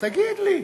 תגיד לי.